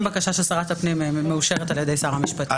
בקשה של שרת הפנים מאושרת על ידי שר המשפטים.